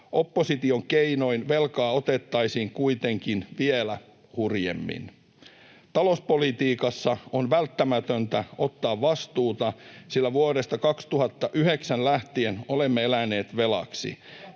Opposition keinoin velkaa otettaisiin kuitenkin vielä hurjemmin. Talouspolitiikassa on välttämätöntä ottaa vastuuta, sillä vuodesta 2009 lähtien olemme eläneet velaksi.